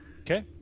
Okay